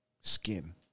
skin